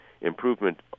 improvement